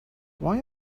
why